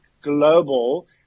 global